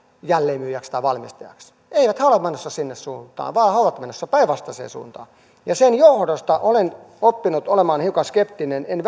jälleenmyyjiksi tai valmistajiksi eivät he ole menossa siihen suuntaan vaan he ovat menossa päinvastaiseen suuntaan ja sen johdosta olen oppinut olemaan hiukan skeptinen en